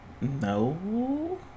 No